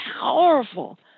powerful